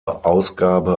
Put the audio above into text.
ausgabe